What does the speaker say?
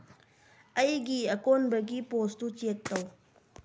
ꯑꯩꯒꯤ ꯑꯀꯣꯟꯕꯒꯤ post check ꯇꯧ